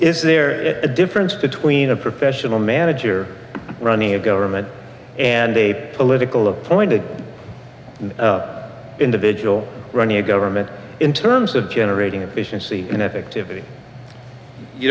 is there a difference between a professional manager running a government and a political appointed individual running a government into terms of generating efficiency and effectively